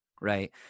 Right